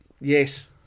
Yes